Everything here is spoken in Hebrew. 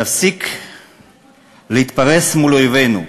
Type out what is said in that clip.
תפסיק להתרפס מול אויבינו.